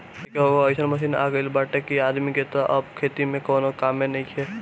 एकहगो अइसन मशीन आ गईल बाटे कि आदमी के तअ अब खेती में कवनो कामे नइखे